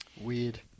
Weird